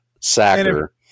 Sacker